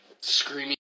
Screaming